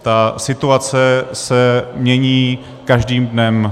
Ta situace se mění každým dnem.